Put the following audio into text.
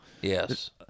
yes